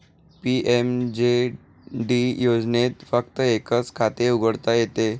PMJD योजनेत फक्त एकच खाते उघडता येते